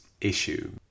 issue